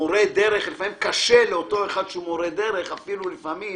לפעמים קשה לאותו אחד שהוא מורה דרך אפילו לפעמים